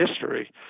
history